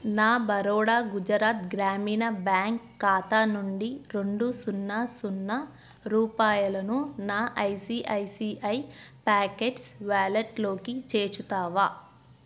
నా బరోడా గుజరాత్ గ్రామీణ బ్యాంక్ ఖాతా నుండి రెండు సున్నా సున్నా రూపాయలను నా ఐసీఐసీఐ ప్యాకెట్స్ వాలెట్లోకి చేర్చుతావా